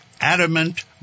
Adamant